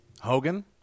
Hogan